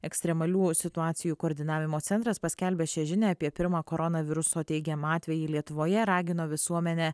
ekstremalių situacijų koordinavimo centras paskelbęs šią žinią apie pirmą koronaviruso teigiamą atvejį lietuvoje ragino visuomenę